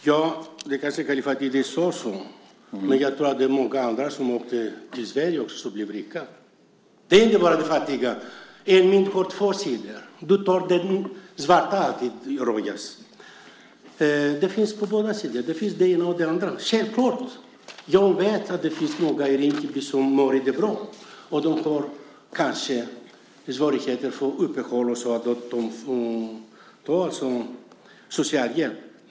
Fru talman! Kallifatides kanske sade så, men jag tror att många som åkte till Sverige blev rika. Alla blev inte fattiga. Ett mynt har två sidor. Du ser alltid den svarta sidan, Rojas. Det finns två sidor, både den ena och den andra. Självklart vet jag att det finns några i Rinkeby som inte mår bra. De har kanske svårt att tjäna sitt uppehälle och får då socialhjälp.